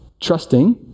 Trusting